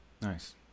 Nice